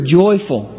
joyful